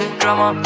drama